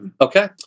Okay